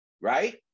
right